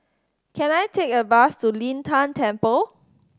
can I take a bus to Lin Tan Temple